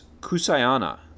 kusayana